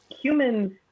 humans